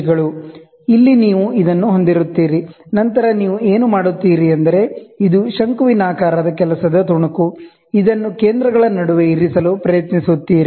ಇಲ್ಲಿ ನೀವು ಇದನ್ನು ಹೊಂದಿರುತ್ತೀರಿ ನಂತರ ನೀವು ಏನು ಮಾಡುತ್ತೀರಿ ಎಂದರೆ ಇದು ಕೊನಿಕಲ್ ವರ್ಕ್ ಪೀಸ್ ಇದನ್ನು ಕೇಂದ್ರಗಳcenter's ನಡುವೆ ಇರಿಸಲು ಪ್ರಯತ್ನಿಸುತ್ತೀರಿ